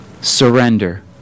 surrender